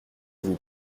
vous